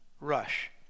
rush